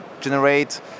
generate